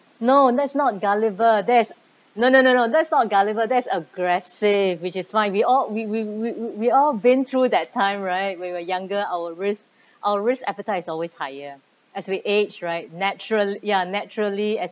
no that's not gullible that is no no no no that's not gullible that's aggressive which is fine we all we we we've all been through that time right when we were younger our risk our risk appetite's always higher as we age right natural ya naturally as